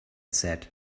said